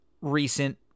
recent